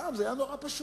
פעם זה היה נורא פשוט.